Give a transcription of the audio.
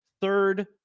third